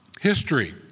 history